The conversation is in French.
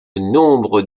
nombre